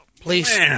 Please